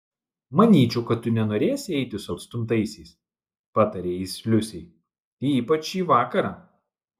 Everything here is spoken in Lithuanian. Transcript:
manyčiau kad tu nenorėsi eiti su atstumtaisiais patarė jis liusei ypač šį vakarą